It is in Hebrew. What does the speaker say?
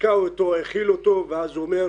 השקה אותו, האכיל אותו ואז הוא אומר: